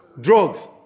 drugs